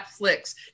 Netflix